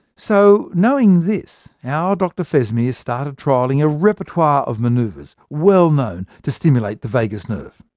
so, knowing this, our dr fesmire started trialling a repertoire of manoeuvres well known to stimulate the vagus nerve.